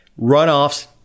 runoffs